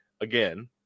again